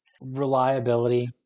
Reliability